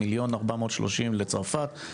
1,430,000 לצרפת,